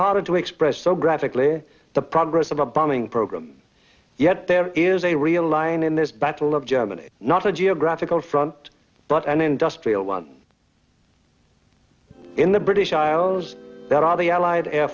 hard to express so graphically the progress of the bombing program yet there is a real line in this battle of germany not a geographical front but an industrial one in the british isles that are the allied air